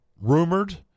rumored